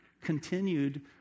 continued